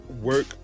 work